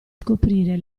scoprire